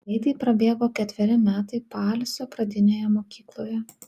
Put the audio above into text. greitai prabėgo ketveri metai paalsio pradinėje mokykloje